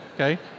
Okay